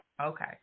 Okay